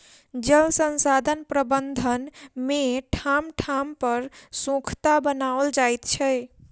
जल संसाधन प्रबंधन मे ठाम ठाम पर सोंखता बनाओल जाइत छै